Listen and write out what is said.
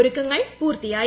ഒരുക്കങ്ങൾ പൂർത്തിയായി